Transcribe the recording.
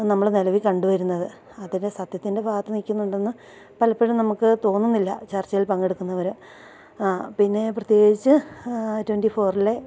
നമ്മള് നിലവില് കണ്ടുവരുന്നത് അതിപ്പോള് സത്യത്തിൻ്റെ ഭാഗത്ത് നില്ക്കുന്നുണ്ടെന്ന് പലപ്പോഴും നമുക്ക് തോന്നാറില്ല ചർച്ചയിൽ പങ്കെടുക്കുന്നവര് പിന്നെ പ്രത്യേകിച്ച് ട്വന്റി ഫോറിലെ